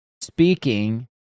speaking